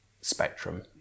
spectrum